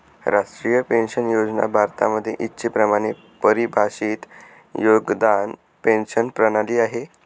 राष्ट्रीय पेन्शन योजना भारतामध्ये इच्छेप्रमाणे परिभाषित योगदान पेंशन प्रणाली आहे